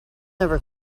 never